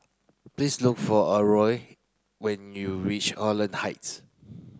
please look for Aurore when you reach Holland Heights